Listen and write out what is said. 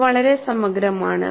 ഇവ വളരെ സമഗ്രമാണ്